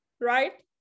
Right